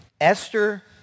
Esther